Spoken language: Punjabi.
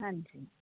ਹਾਂਜੀ